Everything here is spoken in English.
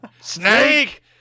Snake